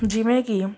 ਜਿਵੇਂ ਕਿ